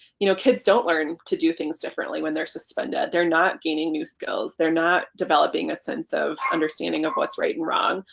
you know kids don't learn to do things differently when they're suspended. they're not gaining new skills. they're not developing a sense of understanding of what's right and wrong.